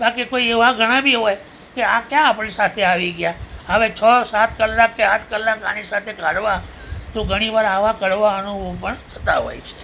બાકી કોઈ એવા ઘણા બી હોય કે આ ક્યાં આપણી સાથે આવી ગયા હવે છ સાત કલાક કે આઠ કલાક આની સાથે કાઢવા તો ઘણી વાર આવા કડવા અનુભવ પણ થતા હોય છે